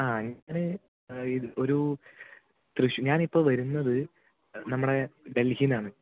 ആ ഞാൻ ഇത് ഒരു ഞാനിപ്പോൾ വരുന്നത് നമ്മുടെ ഡൽഹിയിൽ നിന്നാണ്